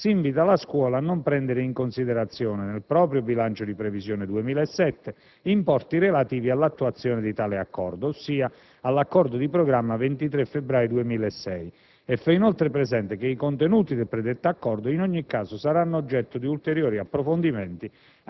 si invita la Scuola a non prendere in considerazione, nel proprio bilancio di previsione 2007, importi relativi all'attuazione di tale accordo», ovverosia dell'accordo di programma del 23 febbraio 2006, e fa inoltre presente che «i contenuti del predetto accordo saranno oggetto di ulteriori approfondimenti